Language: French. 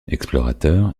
explorateur